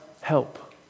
help